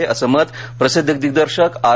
असे मत प्रसिद्ध दिग्दर्शक आर